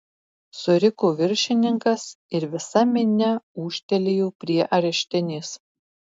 suriko viršininkas ir visa minia ūžtelėjo prie areštinės